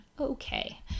Okay